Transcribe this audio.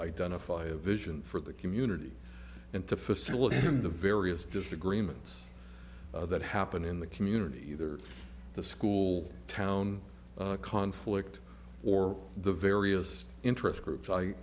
identify a vision for the community and to facilitate in the various disagreements that happen in the community either the school town conflict or the various interest groups i